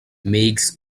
meigs